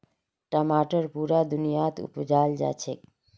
टमाटर पुरा दुनियात उपजाल जाछेक